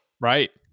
Right